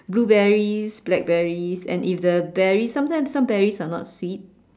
blueberries blackberries and if the berry sometimes some berries are not sweet